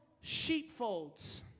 sheepfolds